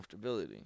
comfortability